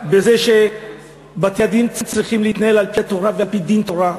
בזה שבתי-הדין צריכים להתנהל על-פי התורה ועל-פי דין תורה,